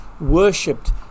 worshipped